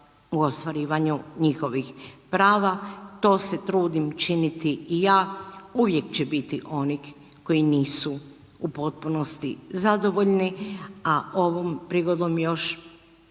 u ostvarivanju njihovih prava, to se trudim činiti i ja, uvijek će biti onih koji nisu u potpunosti zadovoljni, a ovom prigodom još